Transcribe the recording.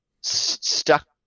stuck